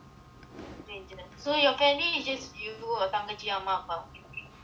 dangerous so your family is just you or thangachi amma அப்பா:thangachi amma appa